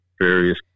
various